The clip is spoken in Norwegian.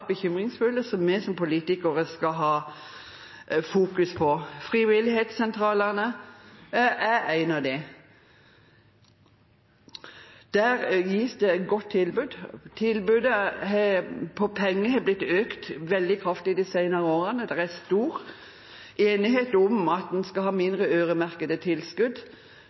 bekymringsfulle, og som vi som politikere skal ha fokus på. Frivilligsentralene er en av dem. Der gis det et godt tilbud. Tilskuddet har økt kraftig de senere årene. Det er stor enighet om at man skal ha mindre øremerkede tilskudd.